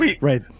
Right